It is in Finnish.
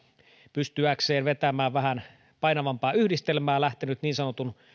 pystyäkseen vetämään vähän painavampaa yhdistelmää lähtenyt niin sanotun